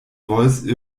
voice